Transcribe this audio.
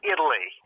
Italy